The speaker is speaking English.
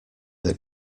that